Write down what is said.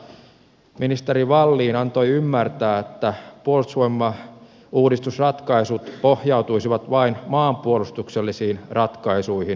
helmikuuta ministeri wallin antoi ymmärtää että puolustusvoimauudistusratkaisut pohjautuisivat vain maanpuolustuksellisiin ratkaisuihin